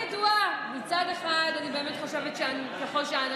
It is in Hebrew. אני חושבת שזה בסדר